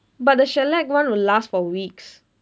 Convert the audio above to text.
but the shellac one will last for weeks